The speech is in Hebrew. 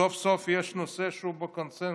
סוף-סוף יש נושא שהוא בקונסנזוס.